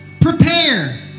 Prepare